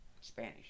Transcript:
Spanish